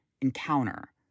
encounter